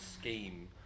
scheme